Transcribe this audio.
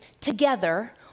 together